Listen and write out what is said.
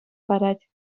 парать